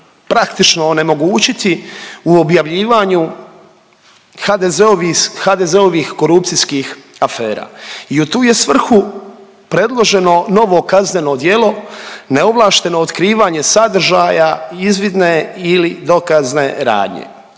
praktično onemogućiti u objavljivanju HDZ-ovih korupcijskih afera i u tu je svrhu predloženo novo kazneno djelo, neovlašteno otkrivanje sadržaja izvidne ili dokazne radnje.